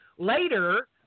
Later